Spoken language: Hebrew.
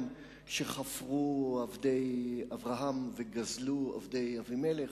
שחפרו עבדי אברהם וגזלו עבדי אבימלך.